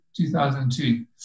2002